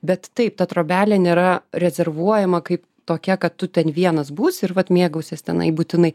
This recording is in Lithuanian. bet taip ta trobelė nėra rezervuojama kaip tokia kad tu ten vienas būsi ir vat mėgausies tenai būtinai